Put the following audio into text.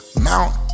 mount